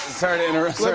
sorry to interrupt.